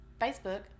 Facebook